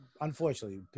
Unfortunately